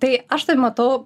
tai aš tave matau